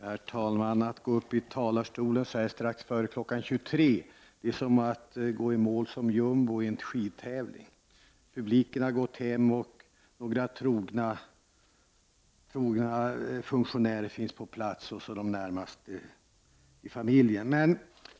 Herr talman! Att gå upp i talarstolen så här strax före kl. 23 är som att gå i mål som jumbo i en skidtävling. Publiken har gått hem, och några trogna funktionärer finns på plats, liksom de närmaste i familjen.